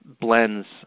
blends